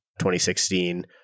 2016